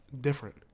different